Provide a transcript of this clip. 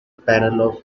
panel